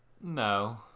No